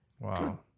wow